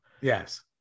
Yes